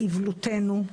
באיוולתנו,